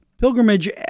pilgrimage